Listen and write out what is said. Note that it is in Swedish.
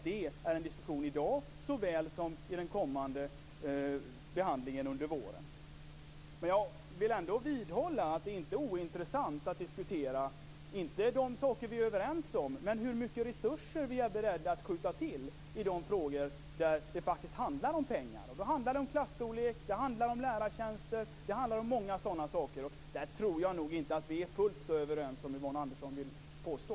Det är en diskussion i dag såväl som i den kommande behandlingen under våren. Jag vill ändå vidhålla att det inte är ointressant att diskutera inte de saker vi är överens om men hur mycket resurser vi är beredda att skjuta till i de frågor där det faktiskt handlar om pengar. Det handlar om klasstorlek, lärartjänster och många sådana saker. Där tror jag inte att vi är fullt så överens som Yvonne Andersson vill påstå.